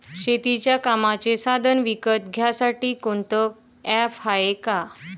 शेतीच्या कामाचे साधनं विकत घ्यासाठी कोनतं ॲप हाये का?